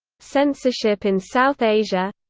censorship in south asia